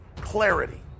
clarity